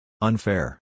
Unfair